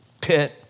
pit